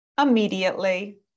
immediately